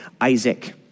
Isaac